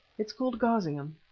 it is called garsingham.